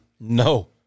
No